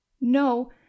no